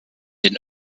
den